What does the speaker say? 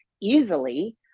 easily